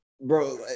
bro